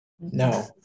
No